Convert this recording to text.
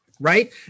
Right